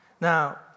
Now